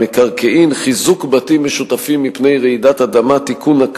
המקרקעין (חיזוק בתים משותפים מפני רעידת אדמה) (תיקון,